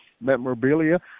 memorabilia